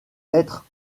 être